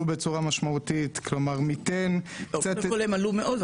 בצורה משמעותית --- קודם כל הם עלו מאוד,